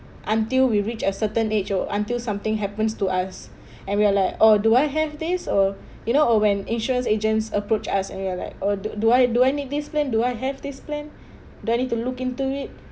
until we reach a certain age or until something happens to us and we are like oh do I have this or you know oh when insurance agents approach us and you're like oh do I do I need this plan do I have this plan do I need to look into it